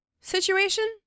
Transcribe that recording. situation